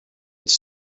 its